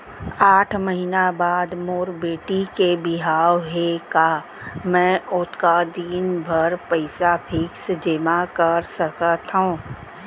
आठ महीना बाद मोर बेटी के बिहाव हे का मैं ओतका दिन भर पइसा फिक्स जेमा कर सकथव?